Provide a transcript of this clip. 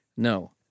no